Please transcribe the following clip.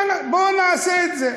בואו נעשה את זה,